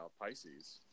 Pisces